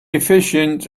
efficient